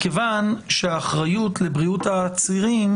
מכיוון שהאחריות לבריאות העצירים